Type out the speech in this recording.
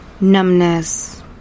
Numbness